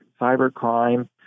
cybercrime